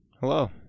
Hello